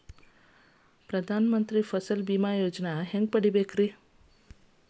ಪ್ರಧಾನ ಮಂತ್ರಿ ಫಸಲ್ ಭೇಮಾ ಯೋಜನೆ ಹೆಂಗೆ ಪಡೆದುಕೊಳ್ಳುವುದು?